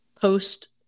post